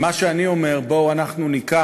ומה שאני אומר: בואו ניקח